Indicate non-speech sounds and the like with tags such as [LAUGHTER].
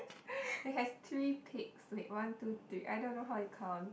[BREATH] it has three peaks wait one two three I don't know how you count